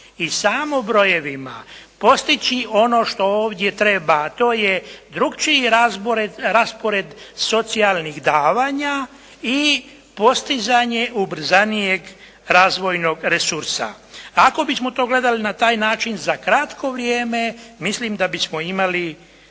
i samo brojevima postići ono što ovdje treba, a to je drukčiji raspored socijalnih davanja i postizanje ubrzanijeg razvojnog resursa. Ako bismo to gledali na taj način za kratko vrijeme mislim da bismo imali